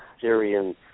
Syrian